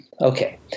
okay